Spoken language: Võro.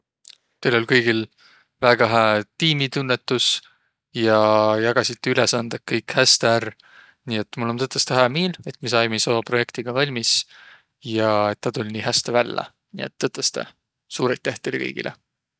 Teil oll' kõigil väega hää tiimitunnetus ja jagasitiq ülesandeq kõik häste ärq. Nii, et mul om tõtõstõ hää miil, et miq saimiq sjoo projektiga valmis ja et taa tull' nii häste vällä. Nii, et tõtõstõ, suur aiteh teile kõigilõ!